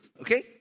Okay